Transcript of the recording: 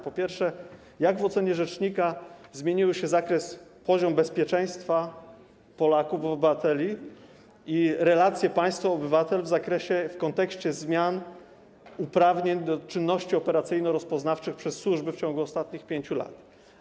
Po pierwsze: Jak w ocenie rzecznika zmieniły się poziom bezpieczeństwa Polaków, obywateli i relacje państwo - obywatel w kontekście zmian uprawnień do wykonywania czynności operacyjno-rozpoznawczych przez służby w ciągu ostatnich 5 lat?